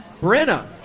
Brenna